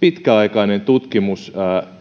pitkäaikainen tutkimus